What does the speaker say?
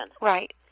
Right